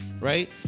right